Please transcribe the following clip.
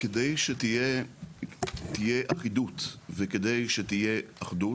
כדי שתהיה אחידות וכדי שתהיה אחדות.